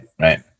Right